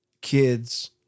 kids